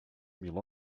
mil